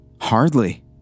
Hardly